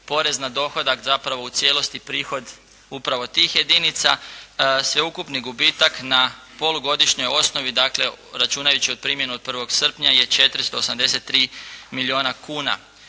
porez na dohodak zapravo u cijelosti prihod upravo tih jedinica. Sveukupni gubitak na polugodišnjoj osnovi dakle računajući primjenu od 1. srpnja je 483 milijuna kuna.